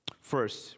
first